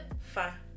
Fa